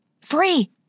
Free